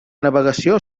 navegació